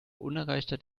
unerreichter